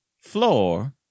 floor